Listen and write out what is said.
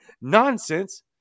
nonsense